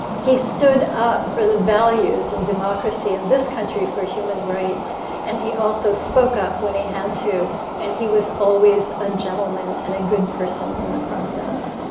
he stood up for the values in democracy in this country for human rights and he also spoke up when he had to and he was always a gentleman and a good person in the process.